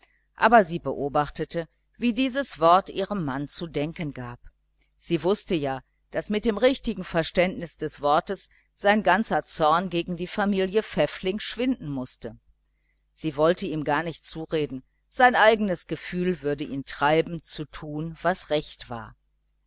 aber sie beobachtete wie dieses wort ihrem mann zu denken gab sie wußte ja daß mit dem richtigen verständnis des wortes sein ganzer zorn gegen die familie pfäffling schwinden mußte sie wollte ihm gar nicht zureden sein eigenes gefühl würde ihn treiben zu tun was recht war